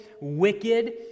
wicked